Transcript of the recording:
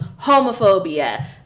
homophobia